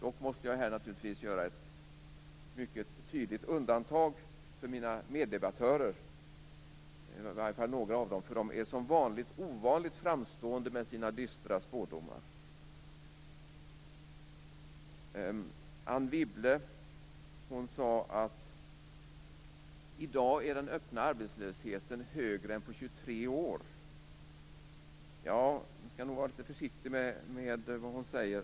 Jag måste dock göra ett mycket tydligt undantag för några av mina meddebattörer. De är som vanligt ovanligt framstående med sina dystra spådomar. Anne Wibble sade att den öppna arbetslösheten i dag är den högsta på 23 år. Hon skall nog vara litet försiktig med vad hon säger.